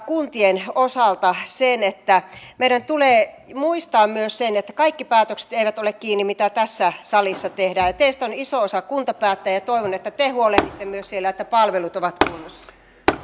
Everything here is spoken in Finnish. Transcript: kuntien osalta sen että meidän tulee muistaa myös se että kaikki päätökset eivät ole kiinni siitä mitä tässä salissa tehdään teistä on iso osa kuntapäättäjiä ja toivon että te huolehditte myös siellä että palvelut ovat kunnossa